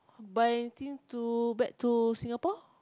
buy thing to back to Singapore